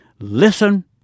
listen